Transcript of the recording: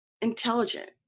intelligent